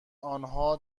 آنها